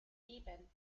sieben